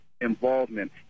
involvement